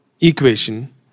equation